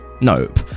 Nope